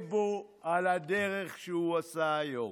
גאה בו על הדרך שהוא עשה היום,